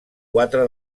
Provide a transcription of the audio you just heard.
quatre